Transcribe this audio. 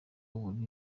ubu